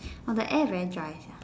orh the air very dry sia